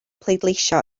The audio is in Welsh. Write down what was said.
pleidleisio